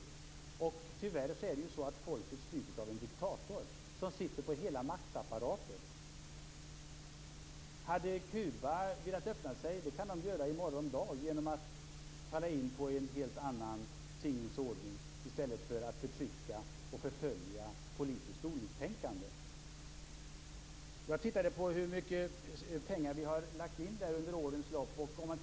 Tyvärr styrs folket av en diktator som sitter på hela maktapparaten. Hade Kuba velat öppna sig hade man kunnat göra det i morgon dag genom att välja en helt annan tingens ordning i stället för att förtrycka och förfölja politiskt oliktänkande. Jag tittade närmare på hur mycket pengar vi har bidragit med under årens lopp.